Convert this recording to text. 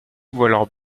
voient